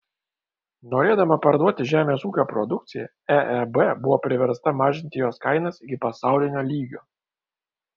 norėdama parduoti žemės ūkio produkciją eeb buvo priversta mažinti jos kainas iki pasaulinio lygio